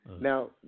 Now